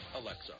Alexa